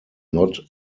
not